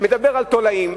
מדבר על תולעים,